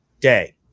day